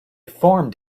formed